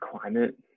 Climate